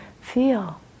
feel